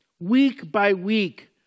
week-by-week